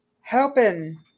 helping